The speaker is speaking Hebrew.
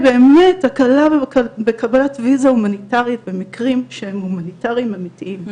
היא באמת הקלה בקבלת ויזה הומניטארית במקרים שהם הומניטאריים אמיתיים,